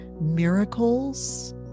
miracles